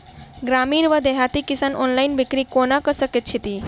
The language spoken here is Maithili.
ग्रामीण वा देहाती किसान ऑनलाइन बिक्री कोना कऽ सकै छैथि?